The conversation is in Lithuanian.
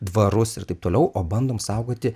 dvarus ir taip toliau o bandom saugoti